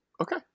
Okay